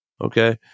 Okay